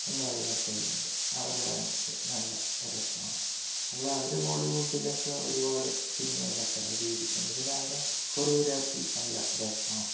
എന്നൊരു നർത്തകിയുണ്ട് അവരുടെ ഡാൻസ് നല്ല രസമാണ് അവിടെ അവർ ബോളിവുഡിലൊക്കെ ഒരുപാട് സിനിമയിലൊക്കെ ഇതു ചെയ്തിട്ടുണ്ട് പിന്നെ അവരെ കോറിയോഗ്രാഫി നല്ല രസമാണ്